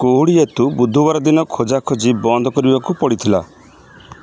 କୁହୁଡ଼ି ହେତୁ ବୁଧବାର ଦିନ ଖୋଜାଖୋଜି ବନ୍ଦ କରିବାକୁ ପଡ଼ିଥିଲା